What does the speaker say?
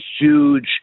huge